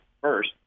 first